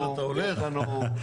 יש לנו,